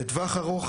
בטווח הארוך